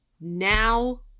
Now